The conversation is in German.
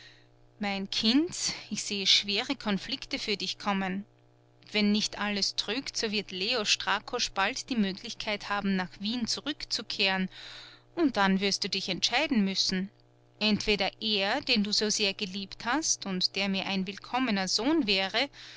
mein kind ich sehe schwere konflikte für dich kommen wenn nicht alles trügt so wird leo strakosch bald die möglichkeit haben nach wien zurückzukehren und dann wirst du dich entscheiden müssen entweder er den du so sehr geliebt hast und der mir ein willkommener sohn wäre